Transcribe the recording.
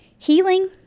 Healing